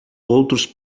outros